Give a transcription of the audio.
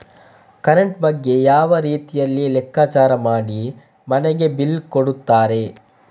Current ಬಗ್ಗೆ ಯಾವ ರೀತಿಯಲ್ಲಿ ಲೆಕ್ಕಚಾರ ಮಾಡಿ ಮನೆಗೆ ಬಿಲ್ ಕೊಡುತ್ತಾರೆ?